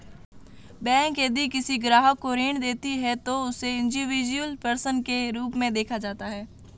bank यदि किसी ग्राहक को ऋण देती है तो उसे इंडिविजुअल पर्सन के रूप में देखा जाता है